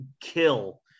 kill